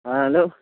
ہاں ہیلو